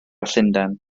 llundain